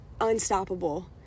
unstoppable